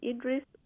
Idris